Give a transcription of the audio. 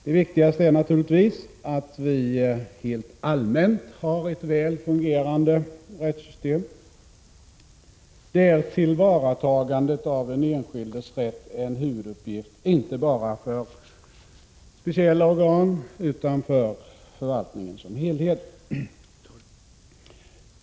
Det viktigaste är naturligtvis att vi rent allmänt har ett väl fungerande rättssystem. Där är ett tillvaratagande av den enskildes rätt en huvuduppgift, inte bara för speciella organ utan för förvaltningen som helhet.